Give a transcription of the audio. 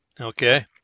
Okay